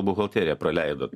buhalterija praleido